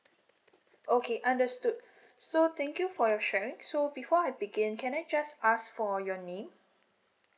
okay understood so thank you for your sharing so before I begin can I just ask for your name